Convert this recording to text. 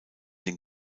den